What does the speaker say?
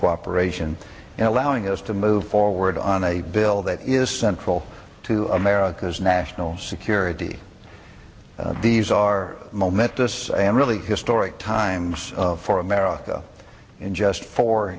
cooperation in allowing us to move forward on a bill that is central to america's national security these are momentous and really historic times for america in just four